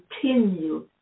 continue